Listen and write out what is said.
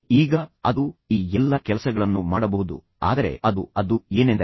ಈಗ ಅದು ಈ ಎಲ್ಲಾ ಕೆಲಸಗಳನ್ನು ಮಾಡಬಹುದು ಆದರೆ ಅದು ಅದು ಏನೆಂದರೆ